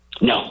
No